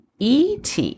ET